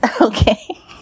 Okay